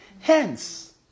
Hence